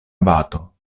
bato